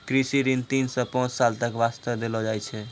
कृषि ऋण तीन सॅ पांच साल तक वास्तॅ देलो जाय छै